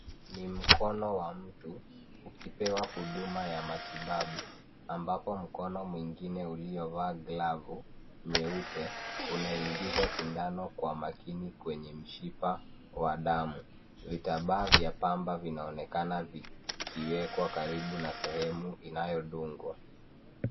Ni mkono wa mtu, ukipewa huduma ya matibabu, ambapo mkono mwingine uliovaa glavu, nyeupe, unaingiza sindano kwa umakini kwenye mshipa wa damu. Vitambaa vya pamba vinaonekana vikiwekwa karibu na sehemu inayodungwa.